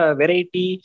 variety